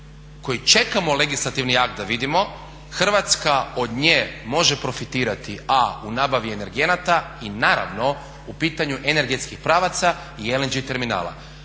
koji čekamo legislativni akt da vidimo, Hrvatska od nje može profitirati a u nabavi energenata i naravno u pitanju energetskih pravaca i LNG terminala.